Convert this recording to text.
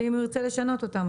הם הוא ירצה לשנות אותן,